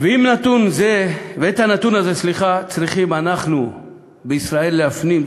ואת הנתון הזה אנחנו בישראל צריכים להפנים,